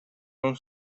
non